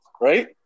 right